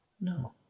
No